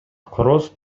короз